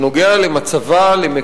שנוגע למצבה של החברה הישראלית,